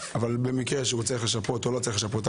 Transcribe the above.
אבל במקרה שהוא צריך לשפות או לא צריך לשפות,